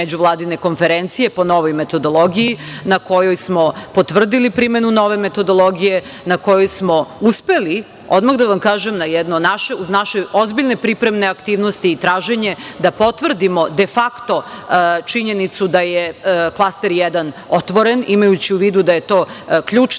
međuvladine konferencije po novoj metodologiji, na kojoj smo potvrdili primenu nove metodologije, na kojoj smo uspeli, odmah da vam kažem, uz naše ozbiljne pripremne aktivnosti i traženje da potvrdimo defakto činjenicu da je klaster 1 otvoren, imajući u vidu da je to ključni